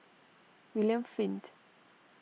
William Flint